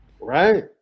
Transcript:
Right